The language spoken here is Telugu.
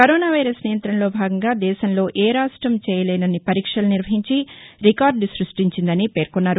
కరోనా వైరస్ నియంత్రణలో భాగంగా దేశంలో ఏరాష్టం చేయలేసన్ని పరీక్షలు నిర్వహించి రాష్టం రికార్డ్ సృష్టించిందని పేర్కొన్నారు